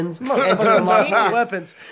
weapons